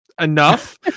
enough